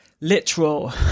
literal